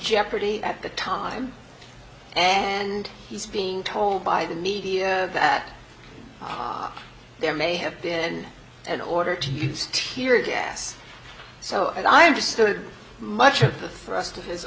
jeopardy at the time and he's being told by the media that there may have been an order to use tear gas so i understood much of the thrust of his